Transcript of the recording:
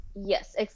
Yes